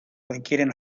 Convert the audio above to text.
requieren